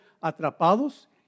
atrapados